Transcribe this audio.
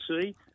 see